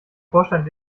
vorstand